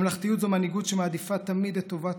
ממלכתיות זו מנהיגות שמעדיפה תמיד את טובת